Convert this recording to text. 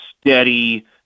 steady